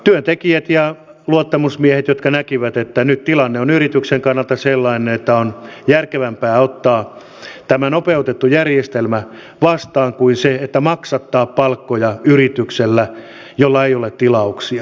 työntekijät ja luottamusmiehet näkivät että nyt tilanne on yrityksen kannalta sellainen että on järkevämpää ottaa tämä nopeutettu järjestelmä vastaan kuin maksattaa palkkoja yrityksellä jolla ei ole tilauksia